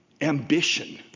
ambition